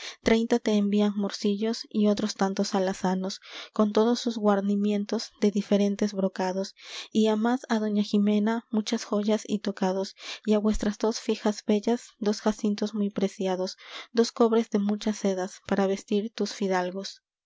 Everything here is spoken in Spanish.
te envían morcillos y otros tantos alazanos con todos sus guarnimientos de diferentes brocados y á más á doña jimena muchas joyas y tocados y á vuestras dos fijas bellas dos jacintos muy preciados dos cofres de muchas sedas para vestir tus fidalgos